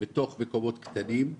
בתוך מקומות קטנים,